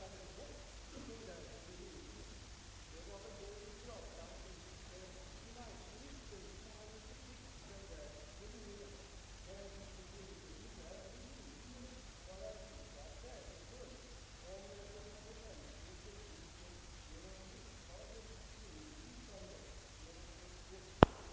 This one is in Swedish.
Jag har nämligen inte kunnat undgå att med en viss förvåning lyssna till de, jag skulle vilja säga, mindre progressiva inslag som har kommit till uttryck i denna debatt, en debatt om forskningsanslagen som har rört sig om en miljon kronor mer eller mindre — ett litet belopp i de stora sammanhangen.